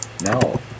no